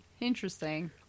interesting